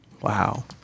wow